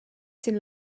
sin